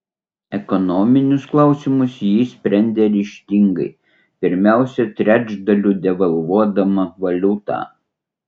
ekonominius klausimus ji sprendė ryžtingai pirmiausia trečdaliu devalvuodama valiutą